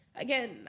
Again